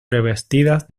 revestidas